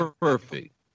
perfect